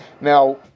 now